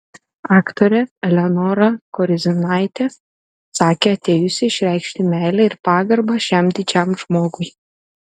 aktorė eleonora koriznaitė sakė atėjusi išreikšti meilę ir pagarbą šiam didžiam žmogui